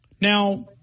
Now